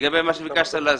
לגבי מה שהוא ביקש להסביר,